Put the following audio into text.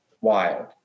wild